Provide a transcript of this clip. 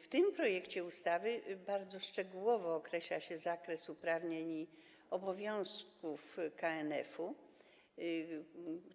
W projekcie ustawy bardzo szczegółowo określa się zakres uprawnień i obowiązków KNF,